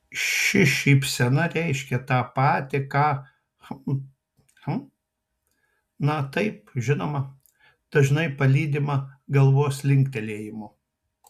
ši šypsena reiškia tą patį ką hm hm na taip žinoma dažnai palydima galvos linktelėjimu